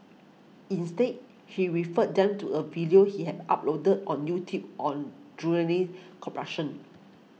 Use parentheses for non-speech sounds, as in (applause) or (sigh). instead he referred them to a video he had uploaded on YouTube on (unintelligible) corruption